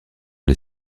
les